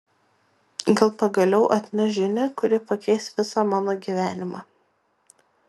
gal pagaliau atneš žinią kuri pakeis visą mano gyvenimą